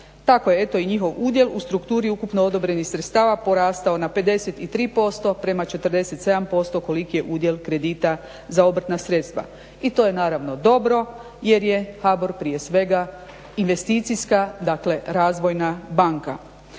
Tako je eto i njihov udjel u strukturi ukupno odobrenih sredstava porastao na 53%:47% koliki je udjel kredita za obrtna sredstva i to je naravno dobro jer je HBOR prije svega investicijska dakle razvojna banka.